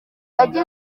ati